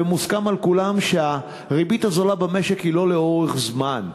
ומוסכם על כולם שהריבית הזולה במשק היא לא לאורך זמן,